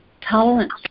Tolerance